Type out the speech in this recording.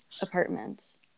apartments